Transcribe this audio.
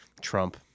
Trump